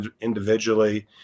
individually